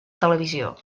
televisió